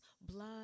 blood